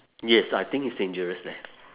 yes I think it's dangerous leh